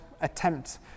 attempt